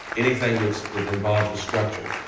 anything that so that involves a structure.